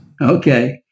Okay